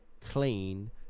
clean